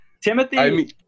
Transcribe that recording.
Timothy